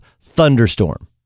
thunderstorm